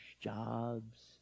jobs